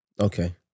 Okay